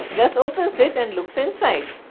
gus opens it and looks inside.